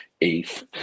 eighth